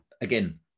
again